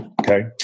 okay